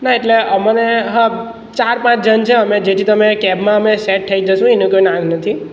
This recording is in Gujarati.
ના એટલે અમને હા ચાર પાંચ જણ છે અમે જેથી તમે કેબમાં અમે સેટ થઈ જઇશું એનું કોઈ ના નથી